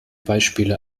beispiele